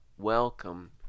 welcome